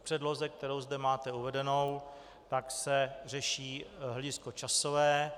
V předloze, kterou zde máte uvedenou, se řeší hledisko časové.